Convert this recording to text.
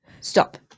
Stop